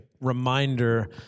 reminder